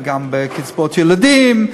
וגם בקצבאות ילדים,